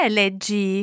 leggi